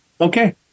Okay